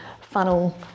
funnel